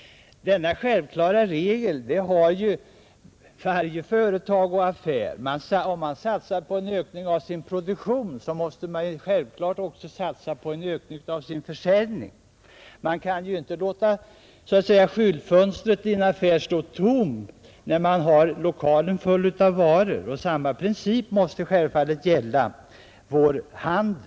Denna självklara regel har ju varje företag och affär. Om man satsar på en ökning av sin produktion, måste man självfallet också satsa på en ökning av sin försäljning. Man kan inte så att säga låta skyltfönstret i en affär stå tomt när man har lokalen full av varor, och samma princip måste självfallet gälla vår handel.